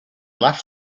left